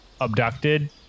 abducted